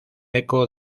eco